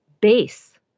base